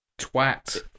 Twat